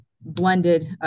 blended